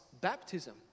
baptism